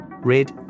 red